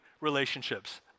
relationships